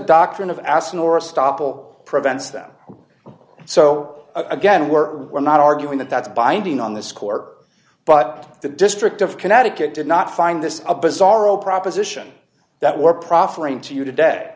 doctrine of asking or a stop will prevents them so again we're we're not arguing that that's binding on the score but the district of connecticut did not find this a bizarro proposition that we're proffering to you today